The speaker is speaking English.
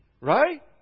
Right